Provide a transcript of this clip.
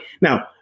Now